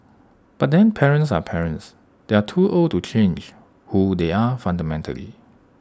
but then parents are parents they are too old to change who they are fundamentally